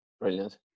Brilliant